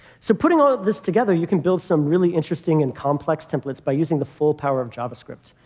so putting all of this together, you can build some really interesting and complex templates by using the full power of javascript.